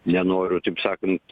nenoriu taip sakant